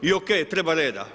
I o.k. Treba reda.